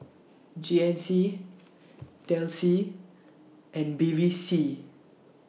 G N C Delsey and Bevy C